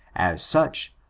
as such,